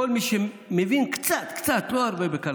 כל מי שמבין קצת בכלכלה,